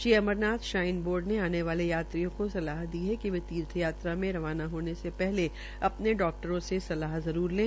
Shri Amarnath shrine board ने आने वाले यात्रियों को सलाह दी है कि वे तीर्थयात्रा में रवाना होने से पहले अपने डाक्टर से सलाह जरूर लें